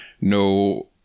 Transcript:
no